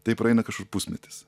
tai praeina kažkur pusmetis